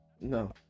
No